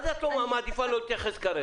מה זה את מעדיפה לא להתייחס כרגע?